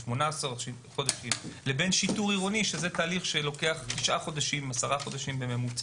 לשחרר את האסירים שילכו להכשרה המקצועית וילכו למשימות שלהם,